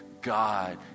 God